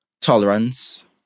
Tolerance